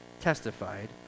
testified